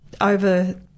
over